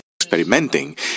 experimenting